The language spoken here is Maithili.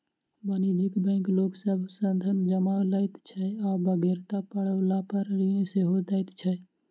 वाणिज्यिक बैंक लोक सभ सॅ धन जमा लैत छै आ बेगरता पड़लापर ऋण सेहो दैत छै